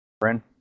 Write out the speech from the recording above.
friend